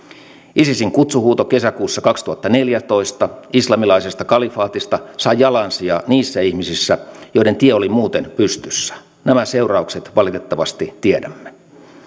isisin kutsuhuuto kesäkuussa kaksituhattaneljätoista islamilaisesta kalifaatista sai jalansijaa niissä ihmisissä joiden tie oli muuten pystyssä nämä seuraukset valitettavasti tiedämme